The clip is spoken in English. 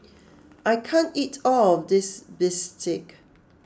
I can't eat all of this Bistake